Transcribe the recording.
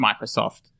microsoft